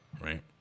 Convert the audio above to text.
right